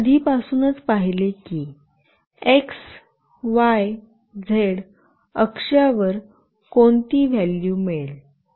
आपण आधीपासूनच पाहिले आहे की x y z अक्षावर कोणती व्हॅल्यू मिळेल